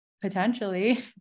potentially